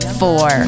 four